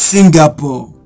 Singapore